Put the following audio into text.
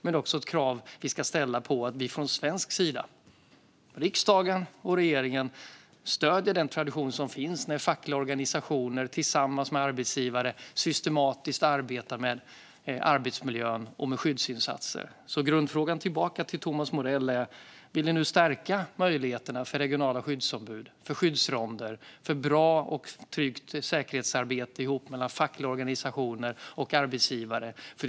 Men det borde också vara ett krav att vi från svensk sida, från riksdag och regering, stöder den tradition som finns att fackliga organisationer tillsammans med arbetsgivare systematiskt arbetar med arbetsmiljön och med skyddsinsatser. Grundfrågan tillbaka till Thomas Morell blir därför: Vill ni nu stärka möjligheterna för regionala skyddsombud, för skyddsronder och för bra och tryggt säkerhetsarbete med fackliga organisationer och arbetsgivare ihop?